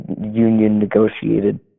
union-negotiated